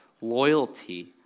loyalty